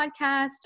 Podcast